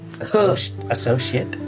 Associate